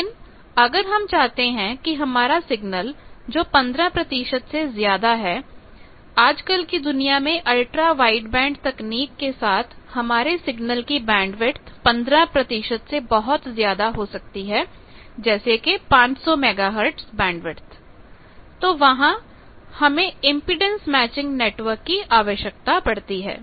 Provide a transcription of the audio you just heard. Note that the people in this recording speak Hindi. लेकिन अगर हम चाहते हैं कि हमारा सिग्नल जो 15 से ज्यादा है आज कल की दुनिया में अल्ट्रा वाइड बैंड तकनीक के साथ हमारे सिग्नल की बैंडविड्थ 15 से बहुत ज्यादा हो सकती है जैसे के 500 मेगाहर्ट्ज बैंडविड्थ तो वहां हमें इंपेडेंस मैचिंग नेटवर्क की आवश्यकता पड़ती है